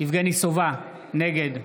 יבגני סובה, נגד